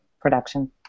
production